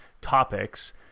topics